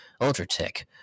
Ultratech